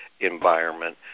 environment